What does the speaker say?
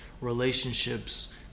relationships